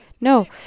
No